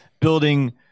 building